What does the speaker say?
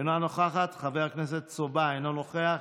אינה נוכחת, חבר הכנסת סובה, אינו נוכח,